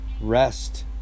rest